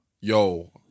yo